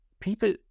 People